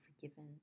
forgiven